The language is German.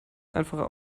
einfache